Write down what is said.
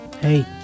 hey